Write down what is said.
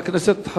הכנסת.